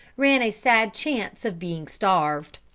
ran a sad chance of being starved.